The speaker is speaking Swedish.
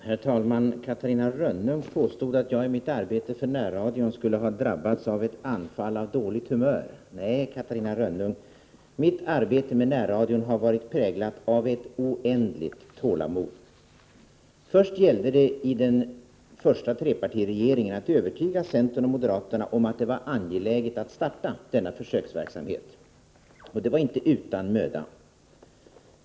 Herr talman! Catarina Rönnung påstod att jag i mitt arbete för närradion skulle ha drabbats av ett anfall av dåligt humör. Nej, Catarina Rönnung, mitt arbete för närradion har varit präglat av ett oändligt tålamod. I den första trepartiregeringen gällde det att övertyga centern och moderaterna om att det var angeläget att starta denna försöksverksamhet. Det skedde inte utan möda.